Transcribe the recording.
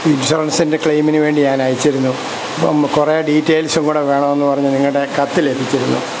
ഇൻഷുറൻസിൻ്റെ ക്ലെയിമിന് വേണ്ടി ഞാൻ അയച്ചിരുന്നു അപ്പം കുറേ ഡീറ്റൈൽസും കൂടെ വേണം എന്ന് പറഞ്ഞ് നിങ്ങളുടെ കത്ത് ലഭിച്ചിരുന്നു